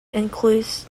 includes